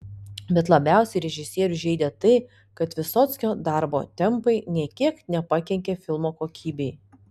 bet labiausiai režisierių žeidė tai kad vysockio darbo tempai nė kiek nepakenkė filmo kokybei